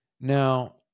Now